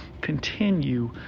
continue